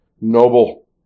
noble